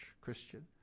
Christian